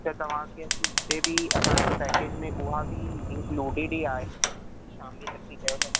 त तव्हांखे उते बि असांजे पैकेज में उहा बि इंक्लूडिड ई आहे हूअ बि शामिलु थई कयल